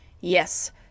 yes